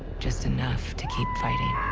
just enough to keep fighting.